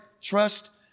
trust